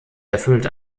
erfüllt